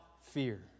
fear